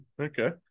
Okay